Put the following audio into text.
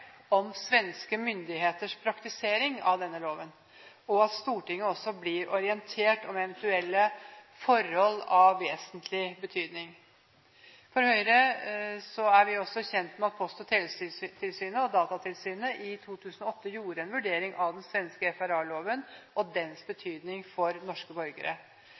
om svenske myndigheters praktisering av denne loven, og at Stortinget også blir orientert om eventuelle forhold av vesentlig betydning. Høyre er også kjent med at Post- og teletilsynet og Datatilsynet i 2008 gjorde en vurdering av den svenske FRA-loven og dens betydning for norske borgere.